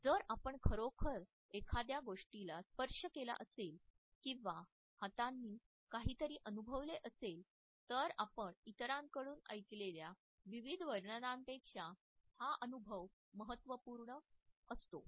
जर आपण खरोखर एखाद्या गोष्टीला स्पर्श केला असेल किंवा हातांनी काहीतरी अनुभवले असेल तर आपण इतरांकडून ऐकलेल्या विविध वर्णनापेक्षा हा अनुभव महत्त्वपूर्ण असतो